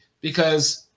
because-